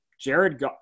Jared